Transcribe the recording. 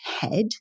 head